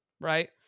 Right